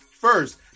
first